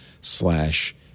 slash